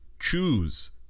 choose